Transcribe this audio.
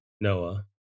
Noah